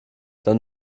dann